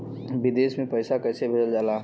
विदेश में पैसा कैसे भेजल जाला?